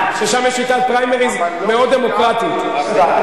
ששם יש שיטת פריימריז "מאוד" דמוקרטית.